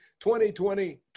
2020